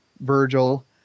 Virgil